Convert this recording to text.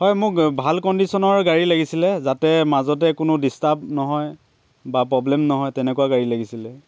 হয় মোক ভাল কণ্ডিশ্যনৰ গাড়ী লাগিছিলে যাতে মাজতে কোনো ডিষ্টাৰ্ব নহয় বা প্ৰব্লেম নহয় তেনেকুৱা গাড়ী লাগিছিলে